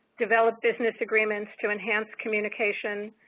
develop business agreements to enhance communication,